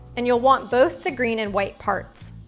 and you'll want both the green and white parts.